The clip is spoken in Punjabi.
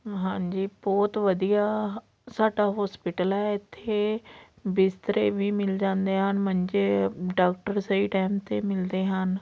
ਹਾਂਜੀ ਬਹੁਤ ਵਧੀਆ ਸਾਡਾ ਹੋਸਪੀਟਲ ਹੈ ਇੱਥੇ ਬਿਸਤਰੇ ਵੀ ਮਿਲ ਜਾਂਦੇ ਹਨ ਮੰਜੇ ਡੋਕਟਰ ਸਹੀ ਟਾਈਮ 'ਤੇ ਮਿਲਦੇ ਹਨ